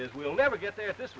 is we'll never get there at this